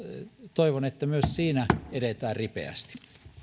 toivon että myös siinä edetään ripeästi